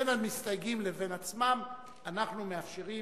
בין המסתייגים לבין עצמם אנחנו מאפשרים,